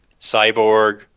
Cyborg